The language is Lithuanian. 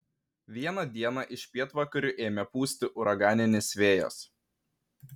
vieną dieną iš pietvakarių ėmė pūsti uraganinis vėjas